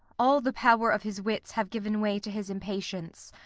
all the power of his wits have given way to his impatience.